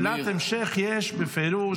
שאלת המשך יש בפירוש,